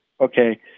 okay